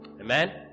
Amen